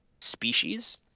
species